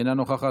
אינה נוכחת.